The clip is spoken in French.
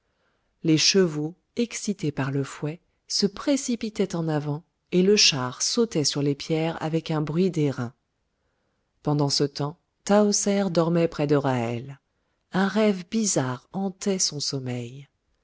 les chevaux excités par le fouet se précipitaient en avant et le char sautait sur les pierres avec un bruit d'airain pendant ce temps tahoser dormait près de ra'hel un rêve bizarre hantait son sommeil